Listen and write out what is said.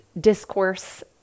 discourse